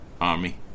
army